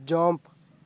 jump